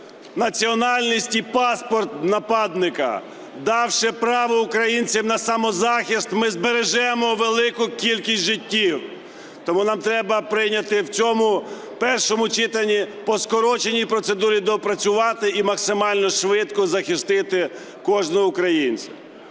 національність і паспорт нападника. Давши право українцям на самозахист, ми збережемо велику кількість життів. Тому нам треба прийняти в цьому першому читанні, по скороченій процедурі доопрацювати і максимально швидко захистити кожного українця,